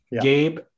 Gabe